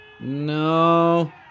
No